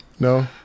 No